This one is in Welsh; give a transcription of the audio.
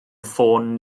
ffôn